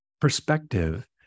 perspective